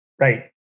Right